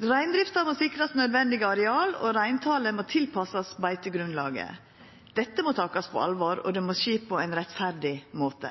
Reindrifta må sikrast nødvendige areal, og reintalet må tilpassast beitegrunnlaget. Dette må takast på alvor, og det må skje på ein rettferdig måte.